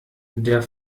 der